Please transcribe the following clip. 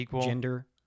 gender